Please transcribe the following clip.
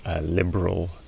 liberal